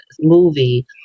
movie